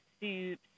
soups